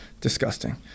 disgusting